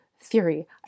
theory